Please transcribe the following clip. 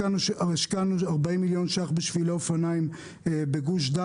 השקענו 40 מיליון ₪ בשבילי אופניים בגוש דן